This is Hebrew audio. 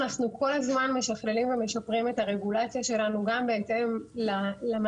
אנחנו כל הזמן משכללים ומשפרים את הרגולציה שלנו גם בהתאם למעקב